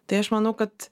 tai aš manau kad